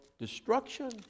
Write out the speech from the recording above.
destruction